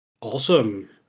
Awesome